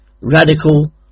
radical